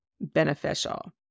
beneficial